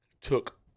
took